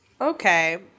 Okay